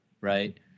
right